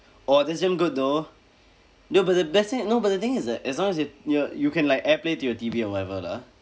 oh that's damn good though no but the best thing no but the thing is that as long as you you you can like airplay to your T_V or whatever lah